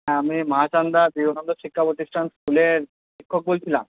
হ্যাঁ আমি মাচান্দা বিবেকানন্দ শিক্ষা প্রতিষ্ঠান স্কুলের শিক্ষক বলছিলাম